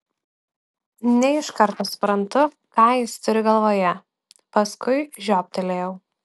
ne iš karto suprantu ką jis turi galvoje paskui žioptelėjau